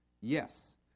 Yes